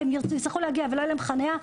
והם יצטרכו להגיע ולא תהיה להם חניה,